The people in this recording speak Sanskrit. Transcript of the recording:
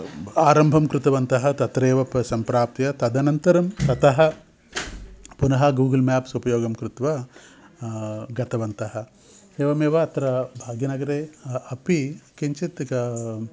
आरम्भं कृतवन्तः तत्रैव प सम्प्राप्य तदनन्तरं ततः पुनः गूगल् मेप्स् उपयोगं कृत्वा गतवन्तः एवमेव अत्र भाग्यनगरे अ अपि किञ्चित्